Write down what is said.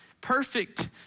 perfect